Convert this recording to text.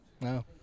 No